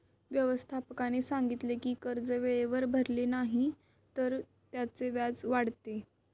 व्यवस्थापकाने सांगितले की कर्ज वेळेवर भरले नाही तर त्याचे व्याज वाढते